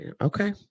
Okay